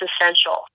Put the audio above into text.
essential